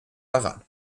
heran